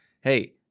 hey